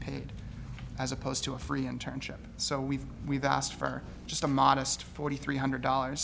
paid as opposed to a free internship so we've we've asked for just a modest forty three hundred dollars